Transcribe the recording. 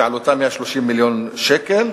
שעלותו 130 מיליון שקל,